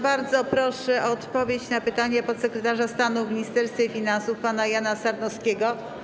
Bardzo proszę o odpowiedź na pytania podsekretarza stanu w Ministerstwie Finansów pana Jana Sarnowskiego.